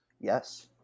yes